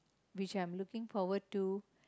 which I'm looking forward to